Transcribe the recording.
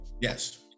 Yes